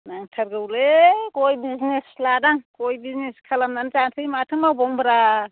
नांथारगौ गय बिजनेस लादां गय बिजनेस खालामनानै जानोसै माथो मावबावनोब्रा